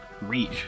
Reach